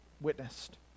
witnessed